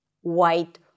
white